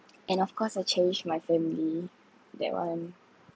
and of course I cherish my family that one